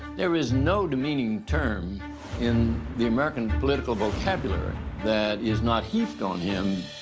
there is no demeaning term in the american political vocabulary that is not heaped on him.